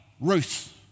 Ruth